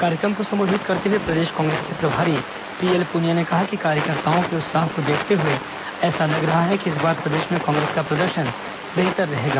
कार्यक्रम को संबोधित करते हुए प्रदेश कांग्रेस के प्रभारी पीएल पुनिया ने कहा कि कार्यकर्ताओं के उत्साह को देखते हुए ऐसा लग रहा है कि इस बार प्रदेश में कांग्रेस का प्रदर्शन बेहतर रहेगा